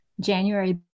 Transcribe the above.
January